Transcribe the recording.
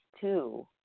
two